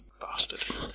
Bastard